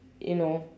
you know